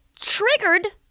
triggered